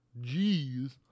Jeez